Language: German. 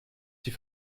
die